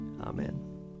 Amen